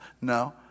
no